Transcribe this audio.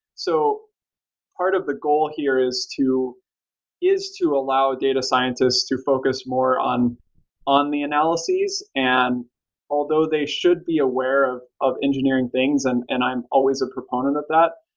so part of the goal here is to is to allow data scientists to focus more on on the analysis, and although they should be aware of of engineering things, and and i'm always a proponent of that,